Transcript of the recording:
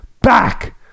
back